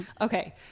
Okay